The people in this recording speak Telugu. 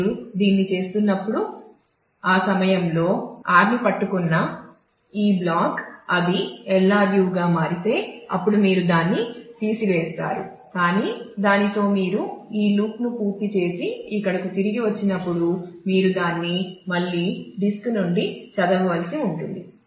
మీరు దీన్ని చేస్తున్నప్పుడు ఆ సమయంలో r ని పట్టుకున్న ఈ బ్లాక్ అది LRU గా మారితే అప్పుడు మీరు దాన్ని తీసివేస్తారు కానీ దానితో మీరు ఈ లూప్ను పూర్తి చేసి ఇక్కడకు తిరిగి వచ్చినప్పుడు మీరు దాన్ని మళ్ళీ డిస్క్ నుండి చదవవలసి ఉంటుంది